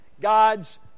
God's